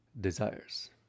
desires